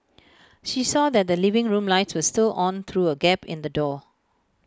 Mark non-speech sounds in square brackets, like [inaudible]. [noise] she saw that the living room lights were still on through A gap in the door